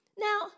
now